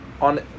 on